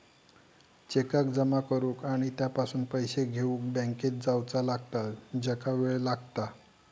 चेकाक जमा करुक आणि त्यापासून पैशे घेउक बँकेत जावचा लागता ज्याका वेळ लागता